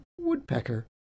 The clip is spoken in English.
Woodpecker